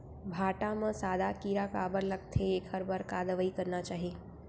भांटा म सादा कीरा काबर लगथे एखर बर का दवई करना चाही?